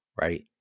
right